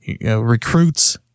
recruits